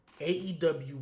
aew